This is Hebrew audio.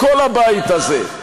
מכל הבית הזה,